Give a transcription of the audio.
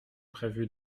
prévues